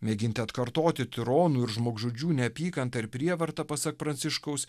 mėginti atkartoti tironų ir žmogžudžių neapykantą ir prievartą pasak pranciškaus